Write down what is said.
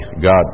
God